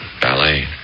ballet